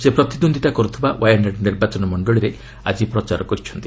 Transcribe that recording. ସେ ପ୍ରତିଦ୍ୱନ୍ଦିତା କର୍ତ୍ତିବା ୱାୟାନାଡ୍ ନିର୍ବାଚନ ମଣ୍ଡଳୀରେ ଆଜି ପ୍ରଚାର କରିଛନ୍ତି